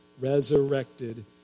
resurrected